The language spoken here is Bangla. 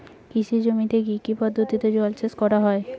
কৃষি জমিতে কি কি পদ্ধতিতে জলসেচ করা য়ায়?